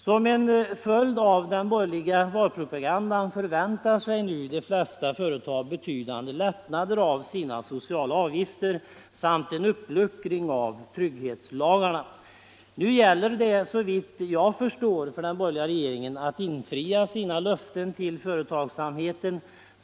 Som en följd av den borgerliga valpropagandan förväntar sig nu de flesta företag betydande lättnader i sina sociala avgifter samt en uppluckring av trygghetslagarna. Nu gäller det såvitt jag förstår för den borgerliga regeringen att infria sina löften till företagsamheten.